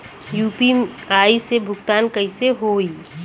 UPI से भुगतान कइसे होहीं?